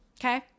okay